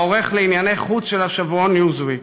העורך לענייני חוץ של השבועון ניוזוויק,